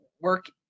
work